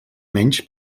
menys